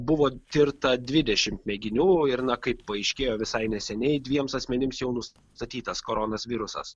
buvo tirta dvidešimt mėginių ir na kaip paaiškėjo visai neseniai dviems asmenims jau nustatytas koronos virusas